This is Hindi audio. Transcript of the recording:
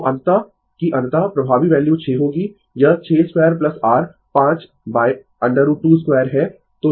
तो अंततः कि अंततः प्रभावी वैल्यू 6 होगी यह 62 r 5 √22 है